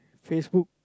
Facebook